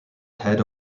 head